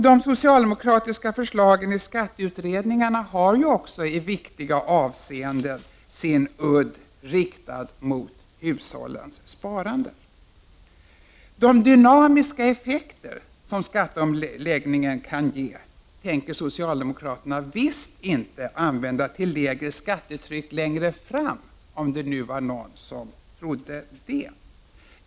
De socialdemokratiska förslagen i skatteutredningarna har också i viktiga avseenden sin udd riktad mot hushållens sparande. De dynamiska effekter som skatteomläggningen kan ge tänker socialdemokraterna visst inte använda för att uppnå ett lägre skattetryck längre fram, om det nu var någon som trodde det.